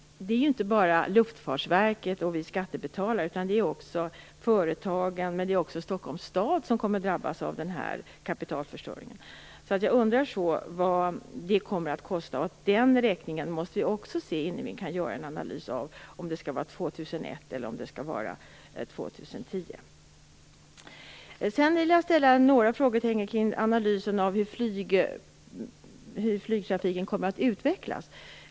Det är inte bara Luftfartsverket och vi skattebetalare som kommer att drabbas av den kapitalförstöringen utan också företagen och Stockholms stad. Därför undrar jag vad detta kommer att kosta. Den räkningen måste man också se innan man kan göra en analys av om en nedläggning skall ske år Jag vill också tala litet kring analysen av hur flygtrafiken kommer att utvecklas.